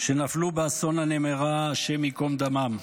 נפלו באסון הנמר"ה, השם ייקום דמם,